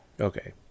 Okay